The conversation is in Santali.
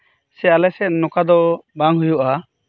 ᱥᱮ ᱟᱞᱮᱥᱮᱫ ᱱᱚᱝᱠᱟ ᱫᱚ ᱵᱟᱝ ᱦᱩᱭᱩᱜᱼᱟ